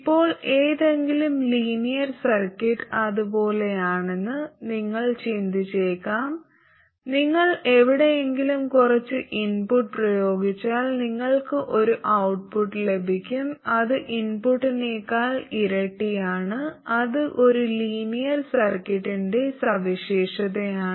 ഇപ്പോൾ ഏതെങ്കിലും linear circuit അത് പോലെയാണെന്ന് നിങ്ങൾ ചിന്തിച്ചേക്കാം നിങ്ങൾ എവിടെയെങ്കിലും കുറച്ച് ഇൻപുട്ട് പ്രയോഗിച്ചാൽ നിങ്ങൾക്ക് ഒരു ഔട്ട്പുട്ട് ലഭിക്കും അത് ഇൻപുട്ടിനെക്കാൾ ഇരട്ടിയാണ് അത് ഒരു ലീനിയർ സർക്യൂട്ടിന്റെ സവിശേഷതയാണ്